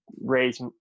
raise